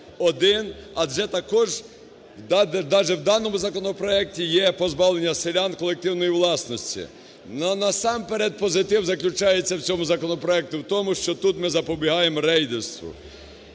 6049-1, адже також даже в даному законопроекті є позбавлення селян колективної власності. Но насамперед позитив заключається в цьому законопроекті в тому, що тут ми запобігаємо рейдерству.